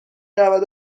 رود